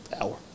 Hour